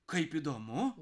kaip įdomu